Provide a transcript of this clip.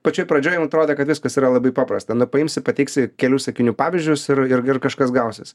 pačioj pradžioj nu atrodė kad viskas yra labai paprasta nu paimsi pateiksi kelių sakinių pavyzdžius ir ir ir kažkas gausis